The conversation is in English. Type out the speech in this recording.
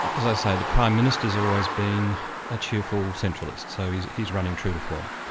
as i say, the prime minister's always been a cheerful centralist, so he's he's running true to form,